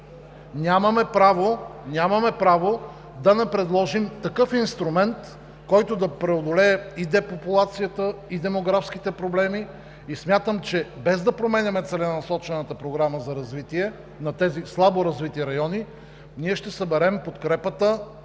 Нямаме право да не предложим такъв инструмент, който да преодолее депопулацията и демографските проблеми. Смятам, че без да променяме Целенасочената програма за развитие на тези слабо развити райони, ние ще съберем подкрепата